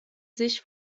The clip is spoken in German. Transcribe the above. sich